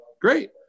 great